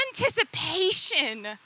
anticipation